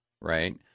right